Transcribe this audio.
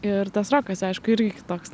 ir tas rokas aišku irgi kitoks